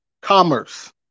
commerce